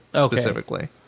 specifically